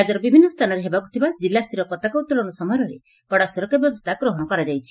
ରାକ୍ୟର ବିଭିନ୍ନ ସ୍ଚାନରେ ହେବାକୁ ଥିବା ଜିଲ୍ଲାସ୍ତରୀୟ ପତାକା ଉତ୍ତୋଳନ ସମାରୋହରେ କଡ଼ା ସ୍ତରକ୍ଷା ବ୍ୟବସ୍ରା ଗ୍ରହଣ କରାଯାଇଛି